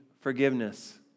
forgiveness